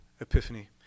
Epiphany